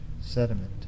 sediment